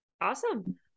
Awesome